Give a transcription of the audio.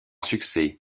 succès